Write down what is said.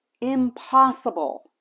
impossible